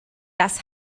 das